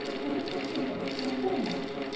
we just have to be brave for a little longer.